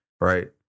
right